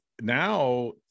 now